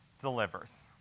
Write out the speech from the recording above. delivers